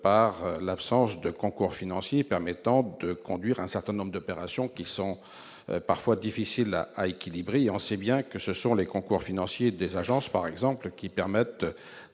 par l'absence de concours financiers permettant de mener un certain nombre d'opérations parfois difficiles à équilibrer. Ainsi, on sait bien que ce sont les concours financiers des agences qui permettent,